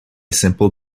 simple